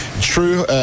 true